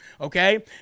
okay